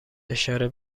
اشاره